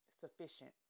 sufficient